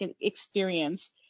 experience